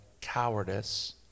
cowardice